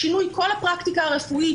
שינוי כל הפרקטיקה הרפואית,